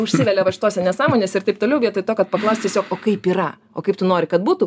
užsivelia va šitose nesąmonėse ir taip toliau vietoj to kad paklaust tiesiog kaip yra o kaip tu nori kad būtų